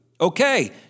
okay